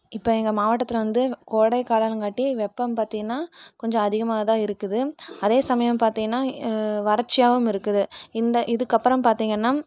இப்போ எங்கள் மாவட்டத்தில் வந்து கோடை காலங்காட்டி வெப்பம் பார்த்திங்ன்னா கொஞ்சம் அதிகமாக தான் இருக்குது அதேசமயம் பார்த்திங்கன்னா வறட்சியாகவும் இருக்குது இந்த இதுக்கு அப்புறம் பார்த்திங்கன்னா